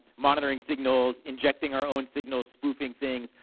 monitoring signals. injecting our own signals, spoofing things.